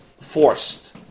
forced